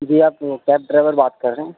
جی آپ وہ cab driver بات کر رہے ہیں